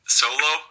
solo